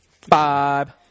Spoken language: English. five